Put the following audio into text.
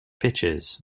pitches